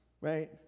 right